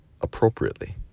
appropriately